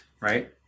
right